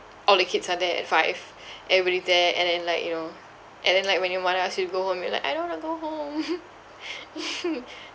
all the kids are there at five everybody there and then like you know and then like when your mother ask you to go home you're like I don't want to go home